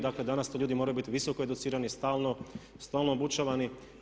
Dakle, danas ti ljudi moraju biti visoko educirani, stalno obučavani.